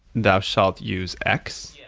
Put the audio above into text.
thou shalt use x,